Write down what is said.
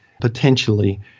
potentially